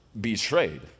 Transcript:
betrayed